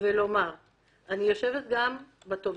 ולומר שאני יושבת גם בנושא